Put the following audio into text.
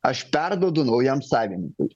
aš perduodu naujam savininkui